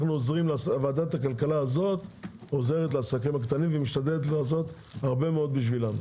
ועדת הכלכלה הזאת עוזרת לעסקים הקטנים ומשתדלת לעשות הרבה מאוד בשבילם.